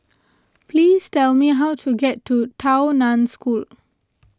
please tell me how to get to Tao Nan School